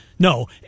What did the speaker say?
No